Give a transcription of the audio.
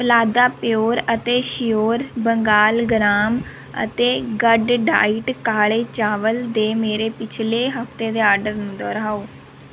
ਫਲਾਦਾ pure ਅਤੇ sure Bengal gram ਅਤੇ good diet ਕਾਲੇ ਚਾਵਲ ਦੇ ਮੇਰੇ ਪਿਛਲੇ ਹਫਤੇ ਦੇ ਆਰਡਰ ਨੂੰ ਦੁਹਰਾਓ